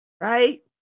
right